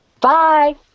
Bye